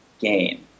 gain